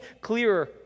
clearer